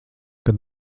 kad